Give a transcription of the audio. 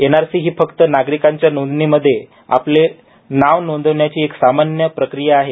NRC ही फक्त नागरिकांच्या नोंदणीमध्ये आपले नाव नोंदवण्याची एक सामान्य प्रक्रिया आहे